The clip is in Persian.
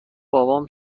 بابام